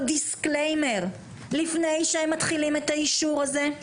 דיסקליימר לפני שהם מתחילים את האישור הזה.